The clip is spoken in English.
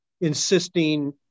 insisting